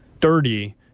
dirty